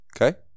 Okay